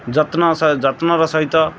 ଯତ୍ନ ସହ ଯତ୍ନର ସହିତ